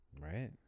right